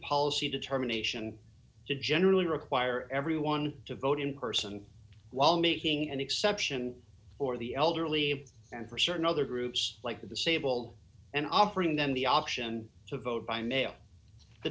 policy determination to generally require everyone to vote in person while making an exception for the elderly and for certain other groups like the sable and offering them the option to vote by mail the